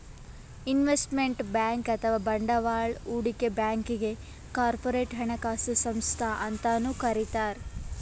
investment bank ಅಥವಾ ಬಂಡವಾಳ್ ಹೂಡಿಕೆ ಬ್ಯಾಂಕ್ಗ್ ಕಾರ್ಪೊರೇಟ್ ಹಣಕಾಸು ಸಂಸ್ಥಾ ಅಂತನೂ ಕರಿತಾರ್